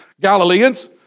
Galileans